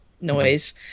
noise